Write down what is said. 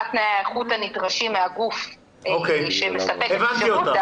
מה תנאי האיכות הנדרשים מהגוף שמספק את השירות,